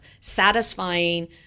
satisfying